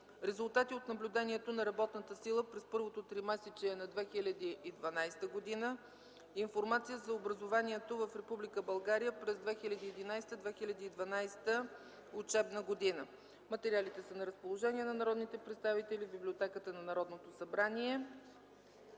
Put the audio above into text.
„Резултати от наблюдението на работната сила през първото тримесечие на 2012 г.”; „Информация за образованието в Република България през 2011-2012 учебна година”. Материалите са на разположение на народните представители в Библиотеката на Народното събрание.